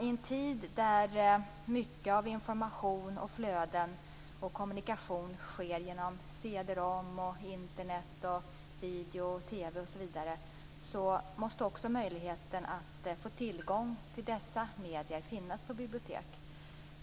I en tid där mycket av information, flöden och kommunikation sker genom cd-rom, Internet, video, TV osv. måste möjligheten att få tillgång till dessa medier finnas på biblioteken.